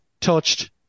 touched